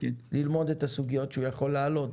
כדי ללמוד את הסוגיות שהוא מעלה.